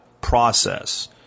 process